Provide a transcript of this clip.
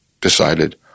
decided